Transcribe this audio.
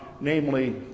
namely